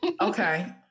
Okay